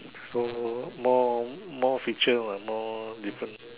so more more more feature lah more different